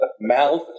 mouth